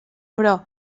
però